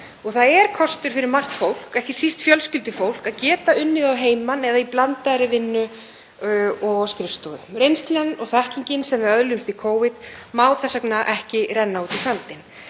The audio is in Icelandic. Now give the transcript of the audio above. og það er kostur fyrir margt fólk, ekki síst fjölskyldufólk, að geta unnið að heiman eða í blandaðri vinnu á skrifstofu. Reynslan og þekkingin sem við öðluðumst í Covid má þess vegna ekki renna út í sandinn.